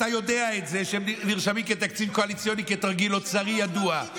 אתה יודע את זה שהם נרשמים כתקציב קואליציוני כתרגיל אוצרי ידוע.